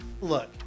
Look